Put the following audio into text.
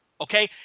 Okay